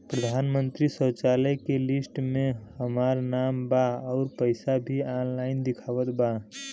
प्रधानमंत्री शौचालय के लिस्ट में हमार नाम बा अउर पैसा भी ऑनलाइन दिखावत बा